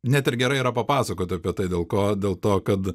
net ir gerai yra papasakot apie tai dėl ko dėl to kad